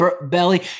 belly